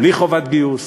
בלי חובת גיוס,